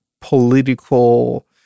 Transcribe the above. political